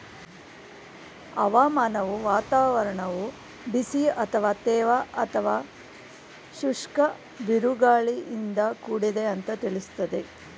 ಹವಾಮಾನವು ವಾತಾವರಣವು ಬಿಸಿ ಅಥವಾ ತೇವ ಅಥವಾ ಶುಷ್ಕ ಬಿರುಗಾಳಿಯಿಂದ ಕೂಡಿದೆ ಅಂತ ತಿಳಿಸ್ತದೆ